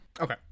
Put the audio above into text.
Okay